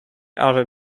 are